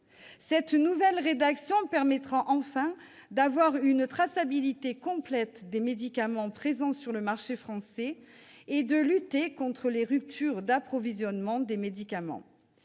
Cette nouvelle rédaction permettra enfin d'assurer une traçabilité complète des médicaments présents sur le marché français et de lutter contre les ruptures d'approvisionnement, devenues